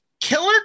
Killer